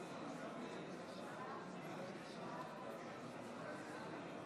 ההצבעה: בעד הצעת האי-אמון,